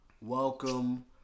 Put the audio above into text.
welcome